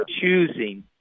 choosing